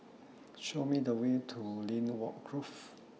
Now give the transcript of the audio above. Show Me The Way to Lynwood Grove